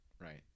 right